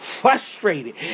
frustrated